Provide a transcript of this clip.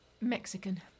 Mexican